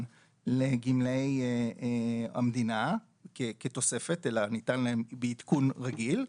לגמלאי המדינה כתוספת אלא ניתן להם בעדכון רגיל,